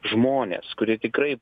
žmonės kurie tikrai